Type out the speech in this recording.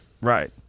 right